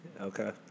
Okay